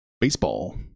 Baseball